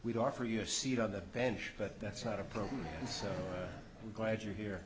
we'd offer you a seat on the bench but that's not a problem and so i'm glad you're here